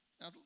Now